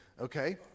okay